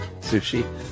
sushi